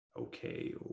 okay